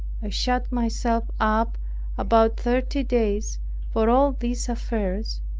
i shut myself up about thirty days for all these affairs,